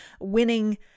winning